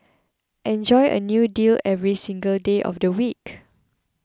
enjoy a new deal every single day of the week